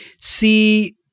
see